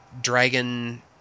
Dragon